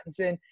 Pattinson